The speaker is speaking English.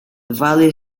valley